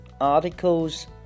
articles